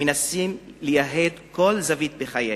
מנסים לייהד כל זווית בחיינו.